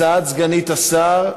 הצעת סגנית השר,